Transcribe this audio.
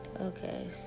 Okay